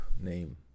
name